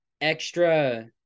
extra